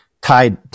tied